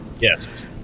Yes